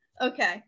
Okay